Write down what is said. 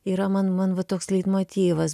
yra man man va toks leitmotyvas